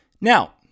Now